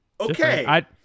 Okay